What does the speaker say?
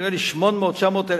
נדמה לי 800,000 900,000,